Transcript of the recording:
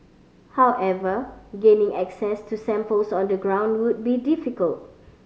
however gaining access to samples on the ground would be difficult